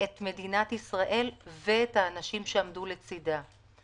את מדינת ישראל ואת האנשים שעמדו לצידה.